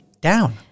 down